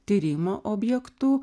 tyrimų objektu